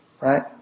Right